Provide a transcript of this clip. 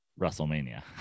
WrestleMania